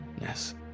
Yes